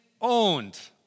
owned